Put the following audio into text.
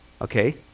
okay